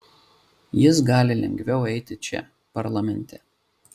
jis gali lengviau eiti čia parlamente